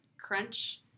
crunch